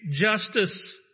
justice